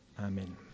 Amen